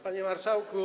Panie Marszałku!